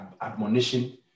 admonition